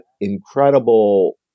incredible